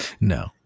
No